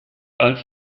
als